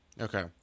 Okay